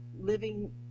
living